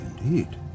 Indeed